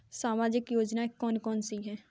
सामाजिक योजना कौन कौन सी हैं?